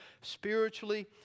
spiritually